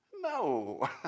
No